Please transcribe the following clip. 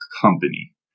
company